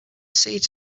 seeds